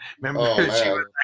Remember